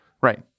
right